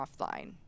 offline